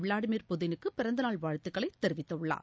Vladimir புதினுக்குப் பிறந்த நாள் வாழ்த்துக்களை தெரிவித்துள்ளார்